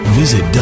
visit